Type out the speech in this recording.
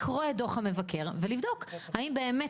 לקורא את דו"ח המבקר ולראות האם באמת